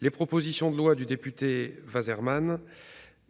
Les propositions de loi du député Sylvain